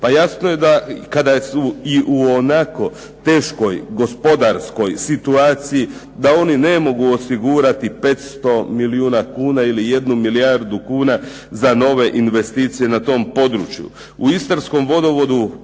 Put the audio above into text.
Pa jasno je da kada su u ionako teškoj gospodarskoj situaciji da oni ne mogu osigurati 500 milijuna kuna ili 1 milijardu kuna za nove investicije na tom području. U istarskom vodovodu